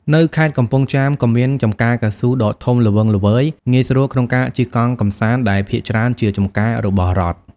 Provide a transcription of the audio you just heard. នៅខេត្តកំពង់ចាមក៏មាន ចំការកៅស៊ូ ដ៏ធំល្វឹងល្វើយងាយស្រួលក្នុងការជិះកង់កម្សាន្ត ដែលភាគច្រើនជាចំការរបស់រដ្ឋ។